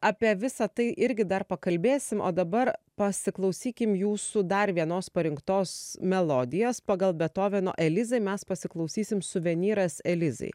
apie visa tai irgi dar pakalbėsim o dabar pasiklausykim jūsų dar vienos parinktos melodijos pagal betoveno elizai mes pasiklausysim suvenyras elizai